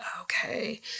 okay